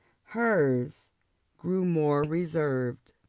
hers grew more reserved.